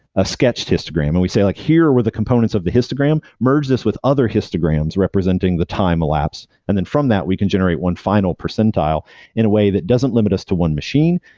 a sketched histogram. and we say like, here were the components of the histogram, merge this with other histograms representing the time elapsed. and then from that, we can generate one final percentile in a way that doesn't limit us to one machine,